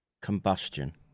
combustion